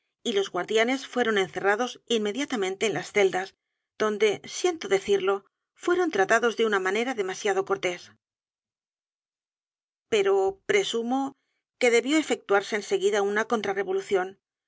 y los guardianes fueron encerrados inmediatamente en las celdas donde siento decirlo fueron tratados de una manera d e m a siado cortés pero presumo que debió efectuarse en seguida una contra revolución